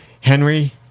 Henry